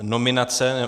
Nominace...